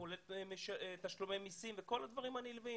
כולל תשלומי מסים וכל הדברים הנלווים.